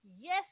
Yes